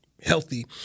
healthy